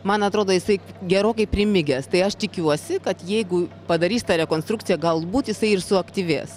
man atrodo jisai gerokai primigęs tai aš tikiuosi kad jeigu padarys tą rekonstrukciją galbūt jisai ir suaktyvės